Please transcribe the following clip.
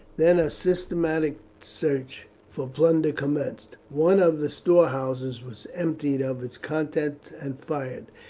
then a systematic search for plunder commenced. one of the storehouses was emptied of its contents and fired,